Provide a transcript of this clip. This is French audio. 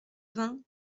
vingt